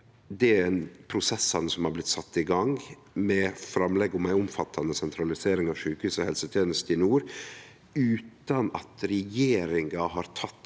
med dei prosessane som har blitt sette i gang, med framlegget om ei omfattande sentralisering av sjukehuset og helsetenesta i nord utan at regjeringa har teke